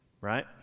Right